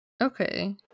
okay